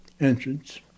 entrance